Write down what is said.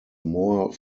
more